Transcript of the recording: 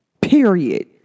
period